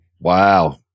Wow